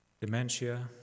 dementia